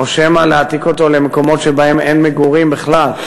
או שמא להעתיק אותו למקומות שאין בהם מגורים בכלל?